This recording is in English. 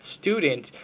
student